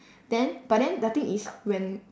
then but then the thing is when